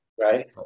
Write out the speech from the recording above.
right